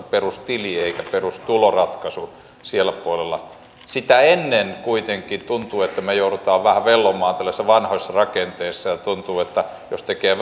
perustili eikä perustuloratkaisu siellä puolella kuitenkin tuntuu että sitä ennen me joudumme vähän vellomaan tällaisissa vanhoissa rakenteissa ja tuntuu että jos tekee